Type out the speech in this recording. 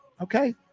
Okay